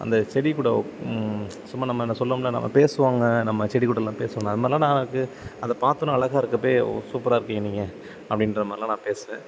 அந்த செடிக்கூட சும்மா நம்ம இந்த சொல்வோம்ல நம்ம பேசுவாங்கள் நம்ம செடிக்கூடலாம் பேசுவோம்னு அது மாதிரிலாம் நான் எனக்கு அதை பார்த்தோன்ன அழகா இருக்குது அப்படியே சூப்பராக இருக்கீங்கள் நீங்க அப்படின்ற மாதிரிலாம் நான் பேசுவேன்